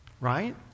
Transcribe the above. Right